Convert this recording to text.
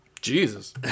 Jesus